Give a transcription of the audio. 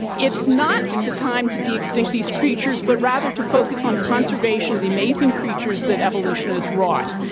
it's not the time to de-extinct these creatures, but rather to focus on conservation of the amazing creatures that evolution has wrought.